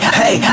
hey